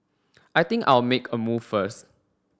I think I'll make a move first